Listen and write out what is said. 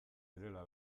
direla